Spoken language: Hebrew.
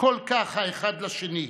כל כך האחד לשני,